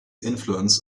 influence